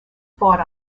fought